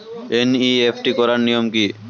NEFT করার নিয়ম কী?